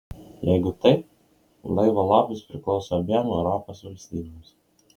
jeigu taip laivo lobis priklauso abiem europos valstybėms